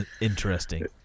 interesting